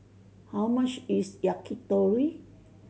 how much is Yakitori